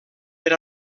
per